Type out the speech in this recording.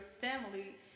family